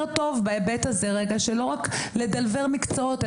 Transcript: טוב בהיבט הזה שלא רק לדלוור מקצועות,